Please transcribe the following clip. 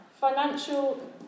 financial